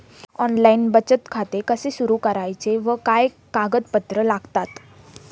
Online बचत खाते कसे सुरू करायचे व काय कागदपत्रे लागतात?